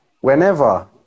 whenever